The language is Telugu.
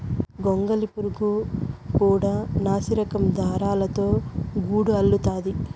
గొంగళి పురుగు కూడా నాసిరకం దారాలతో గూడు అల్లుతాది